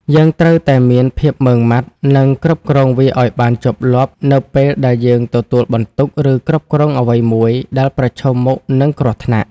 យើងត្រូវតែមានភាពម៉ឺងម៉ាត់ និងគ្រប់គ្រងវាឱ្យបានជាប់លាប់ នៅពេលដែលយើងទទួលបន្ទុក ឬគ្រប់គ្រងអ្វីមួយដែលប្រឈមមុខនឹងគ្រោះថ្នាក់ ។